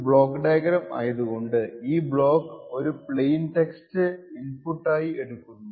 ഒരു ബ്ലോക്ക്ഡയഗ്രം ആയതു കൊണ്ട് ഈ ബ്ലോക്ക് ഒരു പ്ലെയിൻ ടെസ്റ്റ് ഇൻപുട്ട് ആയി എ ടുക്കുന്നു